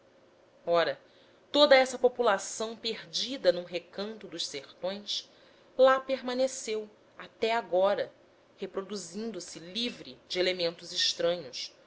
ora toda essa população perdida num recanto dos sertões lá permaneceu até agora reproduzindo se livre de elementos estranhos